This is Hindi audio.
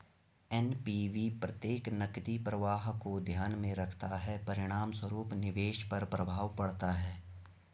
एन.पी.वी प्रत्येक नकदी प्रवाह को ध्यान में रखता है, परिणामस्वरूप निवेश पर प्रभाव पड़ता है